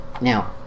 Now